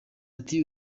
ati